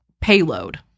payload